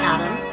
Adam